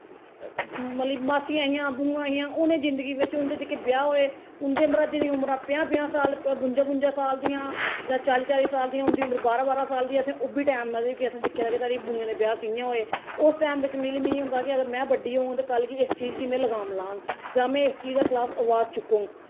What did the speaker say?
मतलब कि मासियां हियां बूआं हियां मतलब उ'नें जिंदगी बिच्च जेह्के ब्याह् होए उं'दे मरहाजै दियां उमरां पंजाह् पंजाह् साल बुंजा बुंजा साल दियां जां चाल्ली चाल्ली साल दियां उंदियां उमरा बारां बारां साल दियां असें ओह् बी टैम मतलब कि असें दिक्खे दा कि साढ़ी बूआ दे ब्याह् कियां होए उस टैम बिच्च मिगी होंदा कि में उस टाइम इ'यै कि में जेल्लै बड्डी होङ ते उस गल्ल गी लगाम लाङ जां में इस चीज़ दे खलाफ अवाज चुक्कङ